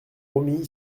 romilly